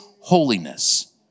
holiness